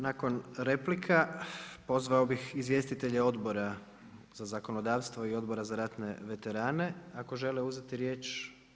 Nakon replika, pozvao bi izvjestitelja Obora za zakonodavstvo i Odbora za ratne veterane ako žele uzeti riječ.